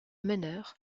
meneur